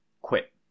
quit